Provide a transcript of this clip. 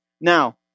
now